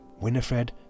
Winifred